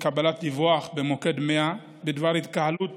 עם קבלת דיווח למוקד 100 בדבר התקהלות